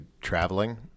traveling